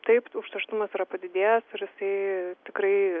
taip užterštumas yra padidėjęs ir jisai tikrai